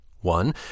One